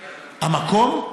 המקום,